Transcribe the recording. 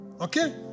Okay